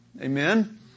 Amen